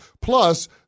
Plus